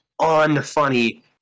unfunny